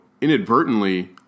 inadvertently